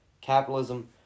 capitalism